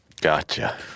gotcha